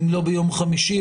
אם לא ביום חמישי,